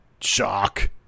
shock